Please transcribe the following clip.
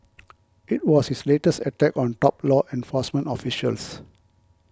it was his latest attack on top law enforcement officials